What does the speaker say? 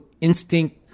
instinct